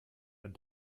ein